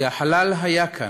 כי החלל היה כאן,